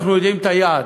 אנחנו יודעים את היעד,